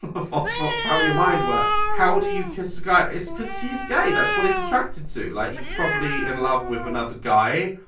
sort of how your mind works. how do you kiss a guy? it's because he's gay. that's what he's attracted to, like he's probably in love with another guy.